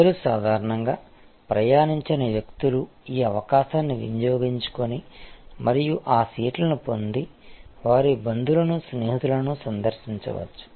ప్రజలు సాధారణంగా ప్రయాణించని వ్యక్తులు ఈ అవకాశాన్ని వినియోగించుకొని మరియు ఆ సీట్లను పొంది వారి బంధువులను స్నేహితులను సందర్శించవచ్చు